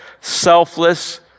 selfless